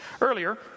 Earlier